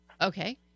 Okay